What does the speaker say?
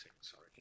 Sorry